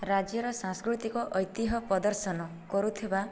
ରାଜ୍ୟର ସାଂସ୍କୃତିକ ଐତିହ୍ୟ ପ୍ରଦର୍ଶନ କରୁଥିବା